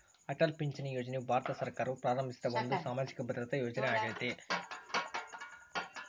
ಅಟಲ್ ಪಿಂಚಣಿ ಯೋಜನೆಯು ಭಾರತ ಸರ್ಕಾರವು ಪ್ರಾರಂಭಿಸಿದ ಒಂದು ಸಾಮಾಜಿಕ ಭದ್ರತಾ ಯೋಜನೆ ಆಗೇತಿ